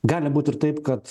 gali būt ir taip kad